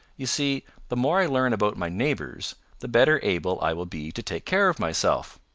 you see, the more i learn about my neighbors, the better able i will be to take care of myself.